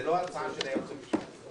זה לא הצעה של הייעוץ המשפטי.